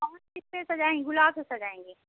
कौन किससे सजाएँगी गुलाब से सजाएँगी